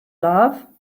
love